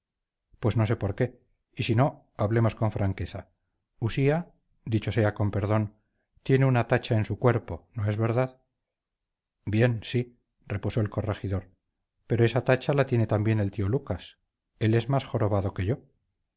pues no sé por qué y si no hablemos con franqueza usía dicho sea con perdón tiene una tacha en su cuerpo no es verdad bien sí repuso el corregidor pero esa tacha la tiene también el tío lucas él es más jorobado que yo